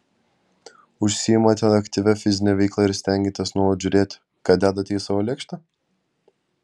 užsiimate aktyvia fizine veikla ir stengiatės nuolat žiūrėti ką dedate į savo lėkštę